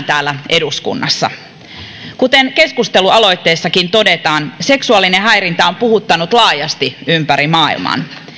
eduskunnassa kuten keskustelualoitteessakin todetaan seksuaalinen häirintä on puhuttanut laajasti ympäri maailman